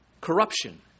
corruption